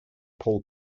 pole